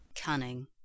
Cunning